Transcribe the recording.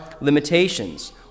limitations